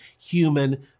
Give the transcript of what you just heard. human